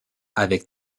avec